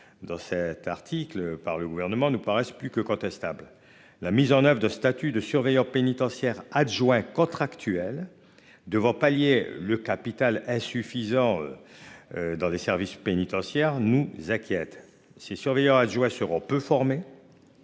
Dans cet article par le gouvernement nous paraissent plus que contestable. La mise en oeuvre de de surveillants pénitentiaires adjoints contractuels devant pallier le capital insuffisant. Dans des services pénitentiaires nous Jacquiet c'est surveillants Adjoua seront peu formés.